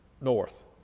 north